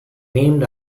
named